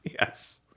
Yes